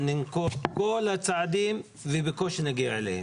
ננקוט בכל הצעדים ובקושי נגיע אליהם,